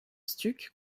stuc